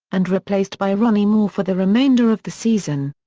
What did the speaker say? and replaced by ronnie moore for the remainder of the season.